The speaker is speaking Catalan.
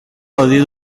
gaudir